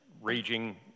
raging